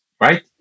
right